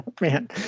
man